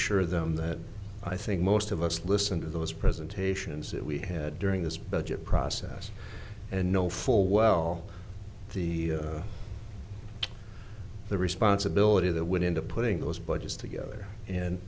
assure them that i think most of us listen to those presentations that we had during this budget process and know full well the the responsibility of the wood into putting those budgets together and